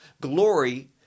glory